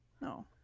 No